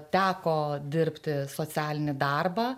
teko dirbti socialinį darbą